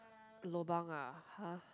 lobang ah !huh!